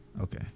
okay